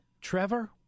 Trevor